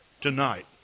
tonight